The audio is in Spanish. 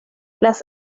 las